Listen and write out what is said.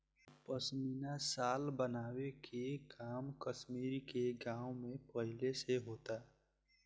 पश्मीना शाल बनावे के काम कश्मीर के गाँव में पहिले से होता